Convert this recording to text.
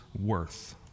worth